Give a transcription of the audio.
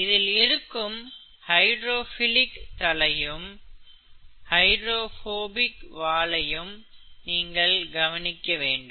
இதில் இருக்கும் ஹைடிரோஃபிலிக் தலையும் ஹைடிரோஃபோபிக் வாலையும் நீங்கள் கவனிக்க வேண்டும்